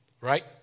right